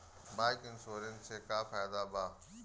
Bike insurance से का फायदा बा?